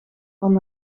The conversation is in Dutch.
van